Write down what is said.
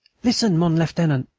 listen, mon lieutenant.